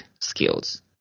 skills